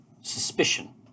suspicion